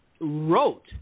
wrote